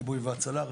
כיבוי והצלה,